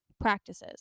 practices